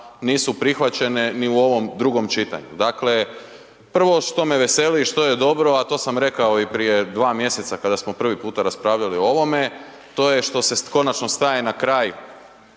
nisu prihvaćene ni u ovom drugom čitanju. Dakle, prvo što me veseli, što je dobro, a to sam rekao i prije dva mjeseca kada smo prvi puta raspravljali o ovome, to je što se konačno staje na kraj